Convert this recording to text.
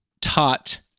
taught